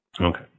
Okay